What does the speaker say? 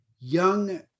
Young